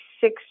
six